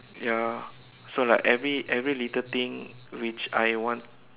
ya so like every every little thing which I want